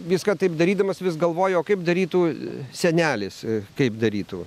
viską taip darydamas vis galvoju kaip darytų senelis kaip darytų